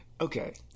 Okay